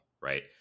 Right